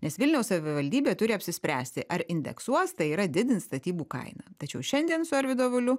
nes vilniaus savivaldybė turi apsispręsti ar indeksuos tai yra didins statybų kainą tačiau šiandien su arvydu avuliu